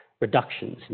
reductions